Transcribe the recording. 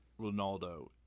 ronaldo